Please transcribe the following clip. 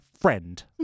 friend